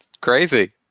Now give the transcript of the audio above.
Crazy